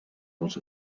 dels